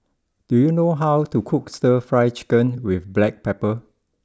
do you know how to cook Stir Fry Chicken with Black Pepper